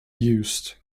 used